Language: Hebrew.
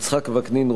יצחק וקנין,